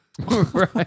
Right